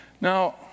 Now